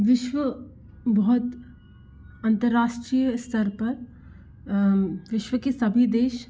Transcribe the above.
विश्व बहुत अंतर्राष्ट्रीय स्तर पर विश्व के सभी देश